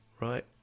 right